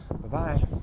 Bye-bye